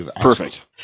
Perfect